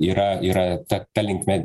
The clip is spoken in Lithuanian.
yra yra ta ta linkme